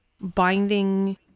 binding